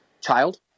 child